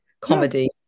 comedy